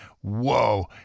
whoa